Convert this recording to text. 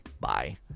bye